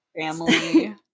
family